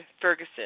Ferguson